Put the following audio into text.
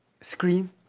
scream